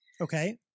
Okay